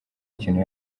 kintu